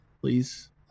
Please